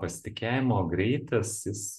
pasitikėjimo greitis jis